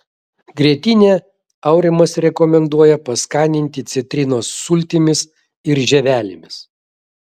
grietinę aurimas rekomenduoja paskaninti citrinos sultimis ir žievelėmis